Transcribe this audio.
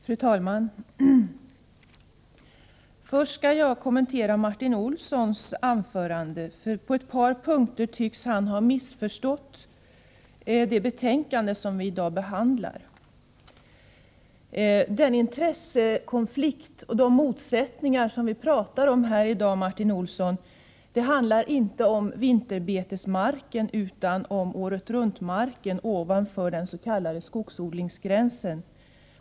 Fru talman! Först skall jag kommentera Martin Olssons anförande, eftersom han på ett par punkter tycks ha missförstått det betänkande som vi i dag behandlar. Den intressekonflikt och de motsättningar som vi talar om här i dag, Martin Olsson, handlar inte om vinterbetesmarken utan om åretruntmarken ovanför den s.k. skogsodlingsgränsen.